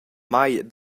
mei